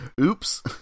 Oops